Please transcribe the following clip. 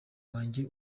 wanjye